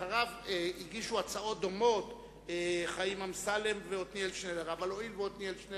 אחריו הגישו הצעות דומות חיים אמסלם ועתניאל שנלר,